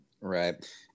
Right